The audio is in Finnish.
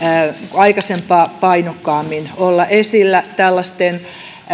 aikaisempaa painokkaammin esillä tällaisten